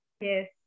Yes